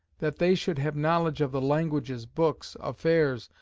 that they should have knowledge of the languages, books, affairs,